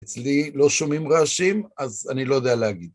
אצלי לא שומעים רעשים, אז אני לא יודע להגיד.